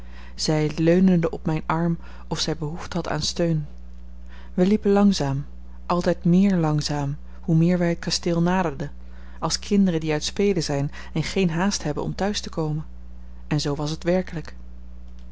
zij leunende op mijn arm of zij behoefte had aan steun wij liepen langzaam altijd meer langzaam hoe meer wij het kasteel naderden als kinderen die uit spelen zijn en geen haast hebben om thuis te komen en zoo was het werkelijk